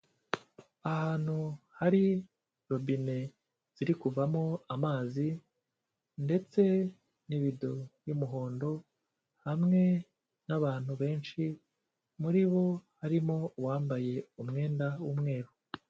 Ahantu hari robine ziri kuvamo amazi ndetse n'ibido y'umuhondo hamwe n'abantu benshi, muri bo harimo uwambaye umwenda w'umweru.